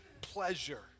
pleasure